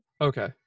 Okay